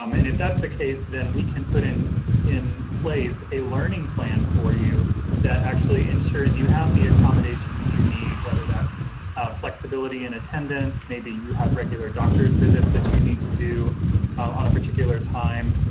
um and if that's the case then we can put in in place a learning plan for you that actually ensures you have the accommodations you need, whether that's flexibility in attendance, maybe you have regular doctor's visits that you need to do on a particular time,